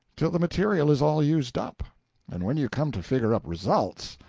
till the material is all used up and when you come to figure up results,